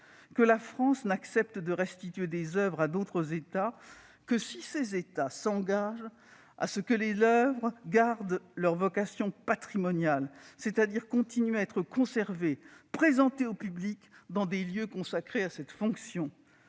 que la France n'accepte de restituer des oeuvres à d'autres États que si ces États s'engagent à ce que ces oeuvres gardent leur vocation patrimoniale, c'est-à-dire continuent à être conservées et présentées au public dans des lieux consacrés à cette fonction.